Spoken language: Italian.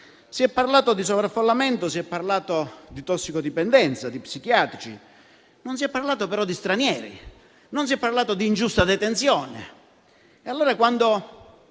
Si è parlato di sovraffollamento, di tossicodipendenza, di psichiatrici, ma non si è parlato di stranieri e di ingiusta detenzione.